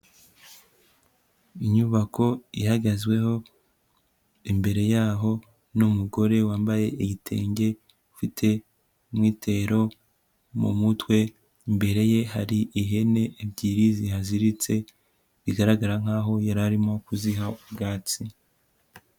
Inyubako ihagazweho imbere yaho n'umugore wambaye igitenge ufite umwitero mu mutwe, imbere ye hari ihene ebyiri zihaziritse bigaragara nkaho yari arimo kuziha ubwatsi.